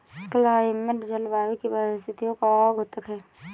climate जलवायु की परिस्थितियों का द्योतक है